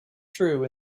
true